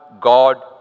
God